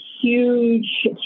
huge